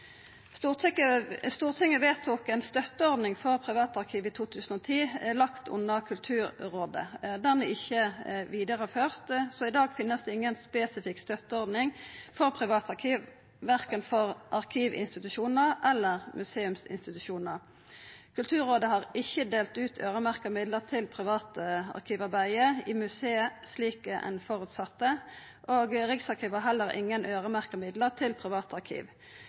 Stortinget vedtok ei støtteordning for private arkiv i 2010, og ho vart lagd under Kulturrådet. Ho er ikkje ført vidare, så i dag finst det ingen spesifikk støtteordning for private arkiv, verken for arkivinstitusjonar eller museumsinstitusjonar. Kulturrådet har ikkje delt ut øyremerkte midlar til det private arkivarbeidet i museum, slik ein føresette, og Riksarkivet har heller ingen øyremerkte midlar til